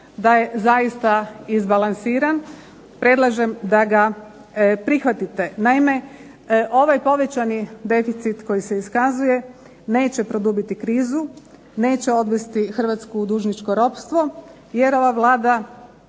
da je zaista izbalansiran, predlažem da ga prihvatite. Naime ovaj povećani deficit koji se iskazuje neće produbiti krizu, neće odvesti Hrvatsku u dužničko ropstvo, jer ova Vlada